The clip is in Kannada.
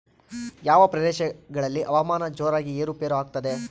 ಯಾವ ಪ್ರದೇಶಗಳಲ್ಲಿ ಹವಾಮಾನ ಜೋರಾಗಿ ಏರು ಪೇರು ಆಗ್ತದೆ?